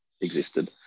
existed